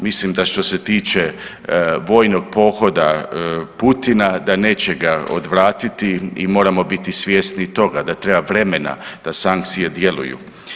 Mislim da što se tiče vojnog pohoda Putina da neće ga odvratiti i moramo biti svjesni toga da treba vremena da sankcije djeluju.